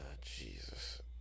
Jesus